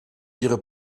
ihre